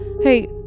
Hey